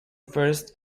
first